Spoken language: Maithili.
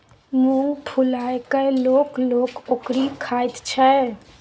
मुँग फुलाए कय लोक लोक ओकरी खाइत छै